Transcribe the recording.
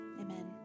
amen